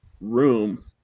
room